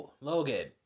logan